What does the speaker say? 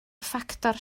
ffactor